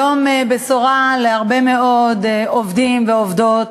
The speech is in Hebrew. יום בשורה להרבה מאוד עובדים ועובדות